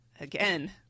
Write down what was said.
Again